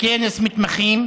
כנס מתמחים,